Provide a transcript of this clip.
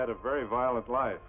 had a very violent life